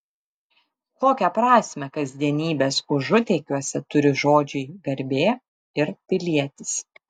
kokią prasmę kasdienybės užutėkiuose turi žodžiai garbė ir pilietis